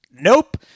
nope